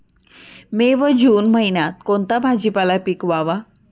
मे व जून महिन्यात कोणता भाजीपाला पिकवावा?